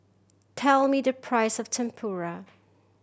tell me the price of Tempura